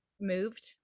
moved